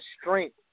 strength